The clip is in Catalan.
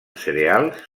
cereals